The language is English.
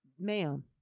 ma'am